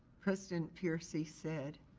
president peercy said.